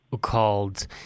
called